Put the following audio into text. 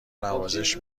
نوازش